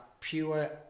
pure